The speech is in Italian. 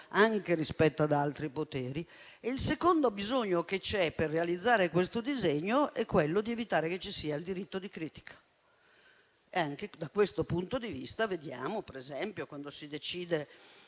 anche rispetto ad altri poteri. Il secondo bisogno che c'è per realizzare questo disegno è evitare che ci sia il diritto di critica. Anche da questo punto di vista, per esempio, vediamo che si decide